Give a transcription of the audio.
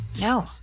No